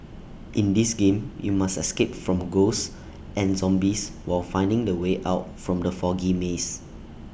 in this game you must escape from ghosts and zombies while finding the way out from the foggy maze